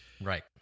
Right